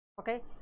Okay